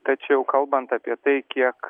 tačiau kalbant apie tai kiek